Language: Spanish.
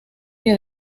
que